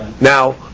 Now